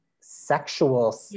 sexual